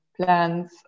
plans